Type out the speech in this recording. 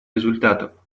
результатов